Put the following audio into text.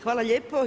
Hvala lijepo.